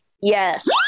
Yes